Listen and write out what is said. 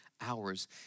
hours